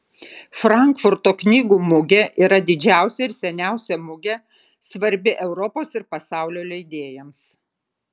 frankfurto knygų mugė yra didžiausia ir seniausia mugė svarbi europos ir pasaulio leidėjams